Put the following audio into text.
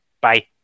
Bye